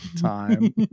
time